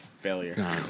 failure